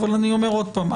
אבל אני אומר עוד פעם,